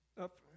up